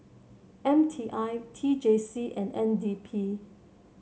M T I T J C and N D P